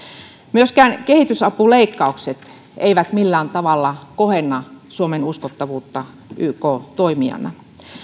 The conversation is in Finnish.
myöskään kehitysapuleikkaukset eivät millään tavalla kohenna suomen uskottavuutta yk toimijana